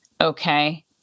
okay